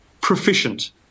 proficient